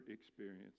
experience